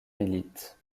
élite